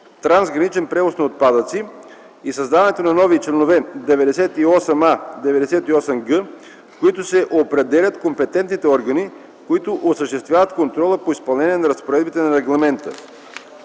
„Трансграничен превоз на отпадъци” и създаването на нови членове 98а-98г, в които се определят компетентните органи, които осъществяват контрола по изпълнението на разпоредбите на Регламента.